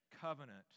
covenant